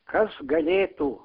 kas galėtų